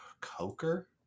Coker